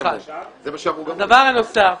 לא היה בכלל ספק.